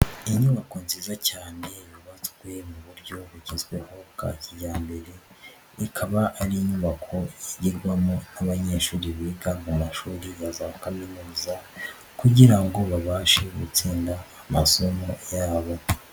Inyubako nziza cyane yubatswe mu buryo bugezweho kakijyambere, ikaba ari inyubako yigirwamo n'abanyeshuri biga mu mashuri ya za Kaminuza kugira ngo babashe gutsinda amasomo yabo.